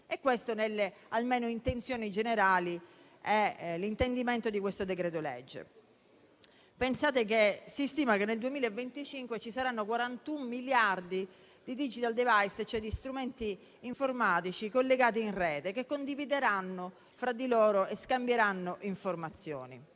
Questo, almeno nelle intenzioni generali, è l'intendimento di questo decreto-legge. Pensate che si stima che nel 2025 ci saranno 41 miliardi di *digital device*, cioè di strumenti informatici collegati in rete che condivideranno fra di loro e scambieranno informazioni.